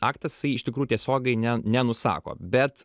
aktas jisai iš tikrų tiesiogiai ne nenusako bet